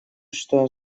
что